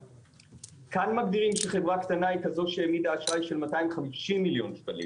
כמה --- של חברה קטנה היא כזו שהעמידה 250 מיליון ₪,